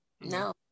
no